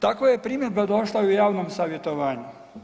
Takva je primjedba došla i u javnom savjetovanju.